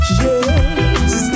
yes